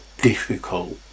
difficult